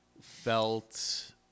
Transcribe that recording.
felt